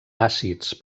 àcids